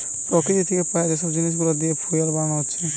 প্রকৃতি থিকে পায়া যে সব জিনিস গুলা দিয়ে ফুয়েল বানানা হচ্ছে